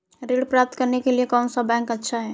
ऋण प्राप्त करने के लिए कौन सा बैंक अच्छा है?